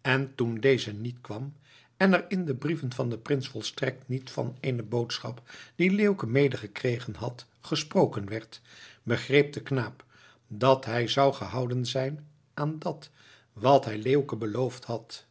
en toen deze niet kwam en er in de brieven van den prins volstrekt niet van eene boodschap die leeuwke mede gekregen had gesproken werd begreep de knaap dat hij zou gehouden zijn aan dat wat hij leeuwke beloofd had